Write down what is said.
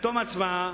בתום ההצבעה